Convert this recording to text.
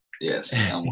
yes